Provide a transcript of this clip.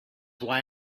why